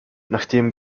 nachdem